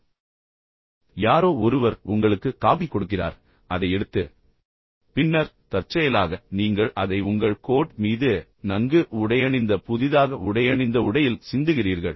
எனவே யாரோ ஒருவர் உங்களுக்கு காபி கொடுக்கிறார் அதை எடுத்து பின்னர் தற்செயலாக நீங்கள் அதை உங்கள் கோட் மீது நன்கு உடையணிந்த புதிதாக உடையணிந்த உடையில் சிந்துகிறீர்கள்